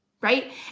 right